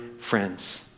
friends